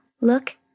Look